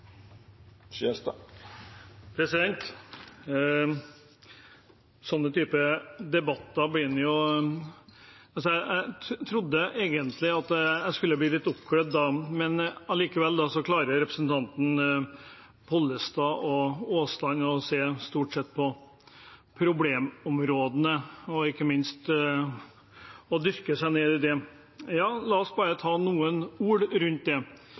Jeg trodde egentlig jeg skulle bli litt oppglødd av denne debatten, men representantene Pollestad og Aasland klarer stort sett bare å se problemområdene og ikke minst dyrke dem. Så, la oss ta noen ord om det.